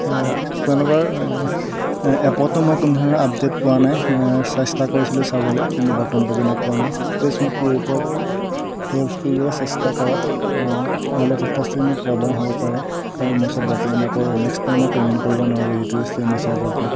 আপোনালোকৰ এপটো মই কোনোধৰণৰ আপডেট পোৱা নাই চেষ্টা কৰিছিলোঁ চাবলৈ কিন্তু বৰ্তমান পৰ্যন্ত পোৱা নাই প্লিজ মোক এই এপৰ হেল্প কৰিবলৈ চেষ্টা কৰক নহ'লে যথেষ্টখিনি প্ৰব্লেম হ'ব পাৰে কাৰণ মোৰ ওচৰত বৰ্তমান আকৌ নেক্সট টাইম মই পেমেণ্ট কৰিব নোৱাৰোঁ এইটো চেম ৰিচাৰ্জৰ ওপৰত